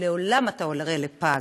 לעולם אתה הורה לפג,